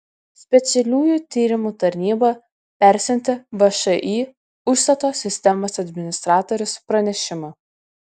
specialiųjų tyrimų tarnyba persiuntė všį užstato sistemos administratorius pranešimą